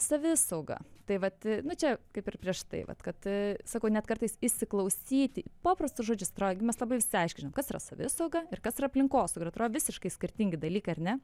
savisauga tai vat nu čia kaip ir prieš tai vat kad sakau net kartais įsiklausyti paprastus žodžius atrodo gi mes labai visi aiškiai žinom kas yra savisauga ir kas yra aplinkosauga ir atrodo visiškai skirtingi dalykai ar ne